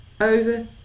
over